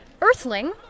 earthling